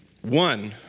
One